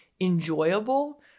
enjoyable